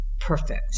perfect